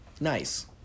Nice